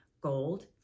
gold